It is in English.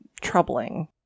troubling